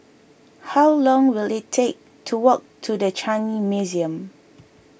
how long will it take to walk to the Changi Museum